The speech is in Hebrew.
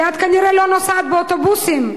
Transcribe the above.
כי את כנראה לא נוסעת באוטובוסים,